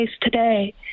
today